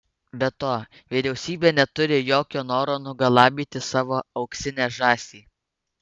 be to vyriausybė neturi jokio noro nugalabyti savo auksinę žąsį